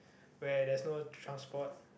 where there's no transport